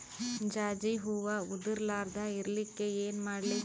ಜಾಜಿ ಹೂವ ಉದರ್ ಲಾರದ ಇರಲಿಕ್ಕಿ ಏನ ಮಾಡ್ಲಿ?